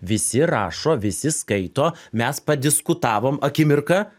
visi rašo visi skaito mes padiskutavom akimirką